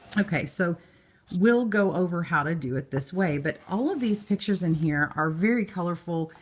ok. so we'll go over how to do it this way, but all of these pictures in here are very colorful.